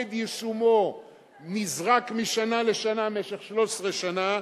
שמועד יישומו נזרק משנה לשנה במשך 13 שנה,